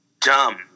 dumb